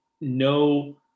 no